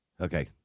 Okay